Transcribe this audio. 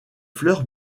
fleurs